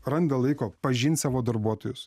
randa laiko pažint savo darbuotojus